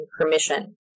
permission